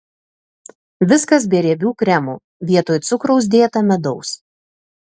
viskas be riebių kremų vietoj cukraus dėta medaus